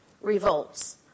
revolts